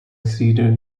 cedar